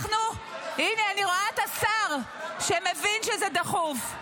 הינה, אני רואה את השר, שמבין שזה דחוף.